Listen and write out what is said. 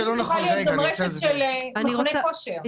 רשת יכולה להיות גם רשת של מכוני כושר,